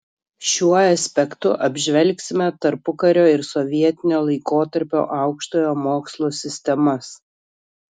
šiuo aspektu apžvelgsime tarpukario ir sovietinio laikotarpio aukštojo mokslo sistemas